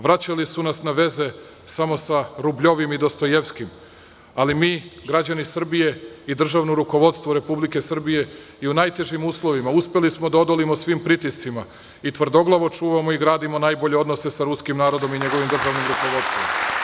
Vraćali su nas na veze samo sa Rubljovim i Dostojevskim, ali mi građani Srbije i državno rukovodstvo Republike Srbije i u najtežim uslovima uspeli smo da odolimo svim pritiscima i tvrdoglavo čuvamo i gradimo najbolje odnose sa ruskim narodom i njegovim državnim rukovodstvom.